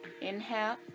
Inhale